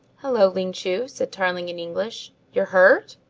hello, ling chu, said tarling in english, you're hurt?